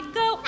go